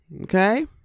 okay